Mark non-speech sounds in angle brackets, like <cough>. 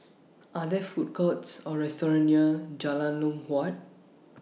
<noise> Are There Food Courts Or restaurants near Jalan <unintelligible> Huat